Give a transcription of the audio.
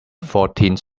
fourteenth